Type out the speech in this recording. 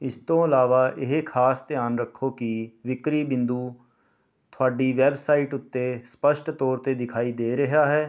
ਇਸ ਤੋਂ ਇਲਾਵਾ ਇਹ ਖਾਸ ਧਿਆਨ ਰੱਖੋ ਕਿ ਵਿਕਰੀ ਬਿੰਦੂ ਤੁਹਾਡੀ ਵੈੱਬਸਾਈਟ ਉੱਤੇ ਸਪੱਸ਼ਟ ਤੌਰ 'ਤੇ ਦਿਖਾਈ ਦੇ ਰਿਹਾ ਹੈ